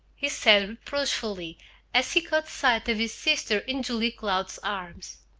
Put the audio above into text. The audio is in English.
he said reproachfully as he caught sight of his sister in julia cloud's arms.